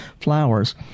flowers